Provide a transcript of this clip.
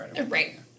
Right